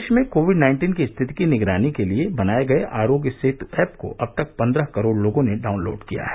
देश में COVID nineteen की रिथति की निगरानी के लिए बनाये गये आरोग्य सेतु एप को अब तक पन्द्रह करोड़ लोगों ने डाउनलोड किया है